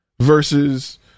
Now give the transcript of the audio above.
versus